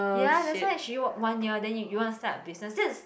ya that's why she work one year then you you want to start a business that's